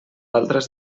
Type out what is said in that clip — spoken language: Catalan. altres